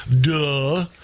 Duh